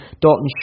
Dalton